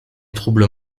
troubles